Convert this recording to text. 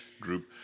group